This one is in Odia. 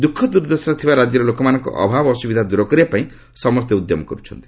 ଦୁଃଖଦୁର୍ଦ୍ଦଶାରେ ଥିବା ରାଜ୍ୟର ଲୋକମାନଙ୍କ ଅଭାବ ଅସୁବିଧା ଦୂର କରିବା ପାଇଁ ସମସ୍ତେ ଉଦ୍ୟମ କରୁଛନ୍ତି